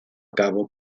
cabo